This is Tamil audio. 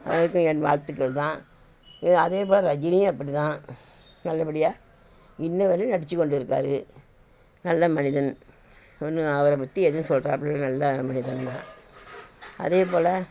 அதுக்கும் என் வாழ்துக்கள் தான் அதே போல் ரஜினியும் அப்படிதான் நல்லபடியாக இன்றுவரையிலும் நடித்துக் கொண்டு இருக்கார் நல்ல மனிதன் ஒன்றும் அவரை பற்றி எதுவும் சொல்கிறாப்புல நல்ல மனிதன் தான் அதே போல்